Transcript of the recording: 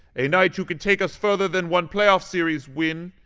a knight who can take us further than one playoff series win.